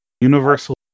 Universal